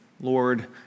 Lord